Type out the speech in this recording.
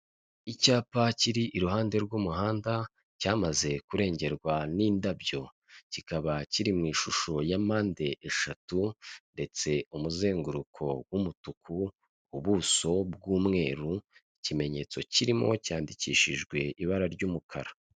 Icyapa kiri iruhande rw'umuhanda cyamaze kurengerwa n'indabyo kikaba kiri mu ishusho ya mpande eshatu ndetse umuzenguruko w'umutuku, ubuso bw'umweru, ikimenyetso kirimo cyandikishijwe ibara ry'umukara.